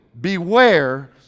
Beware